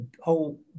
whole